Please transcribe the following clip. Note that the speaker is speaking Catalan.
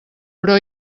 però